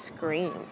scream